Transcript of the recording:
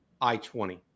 I-20